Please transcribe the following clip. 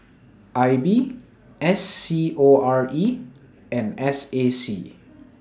I B S C O R E and S A C